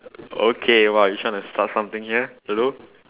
okay !wah! you trying to start something here hello